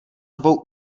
dvou